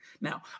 Now